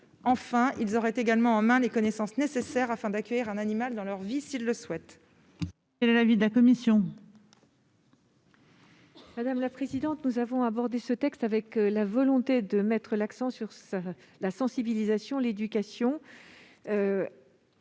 Enfin, ils disposeraient ainsi des connaissances nécessaires afin d'accueillir un animal dans leur vie s'ils le souhaitent.